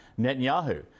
Netanyahu